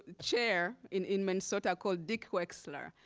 and chair in in minnesota called dick wexler.